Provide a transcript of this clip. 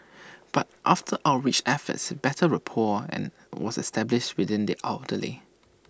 but after outreach efforts better rapport and was established within the elderly